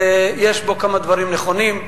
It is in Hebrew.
יש בו כמה דברים נכונים.